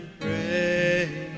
pray